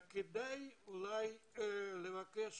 כדאי אולי לבקש